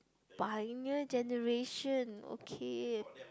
pioneer generation okay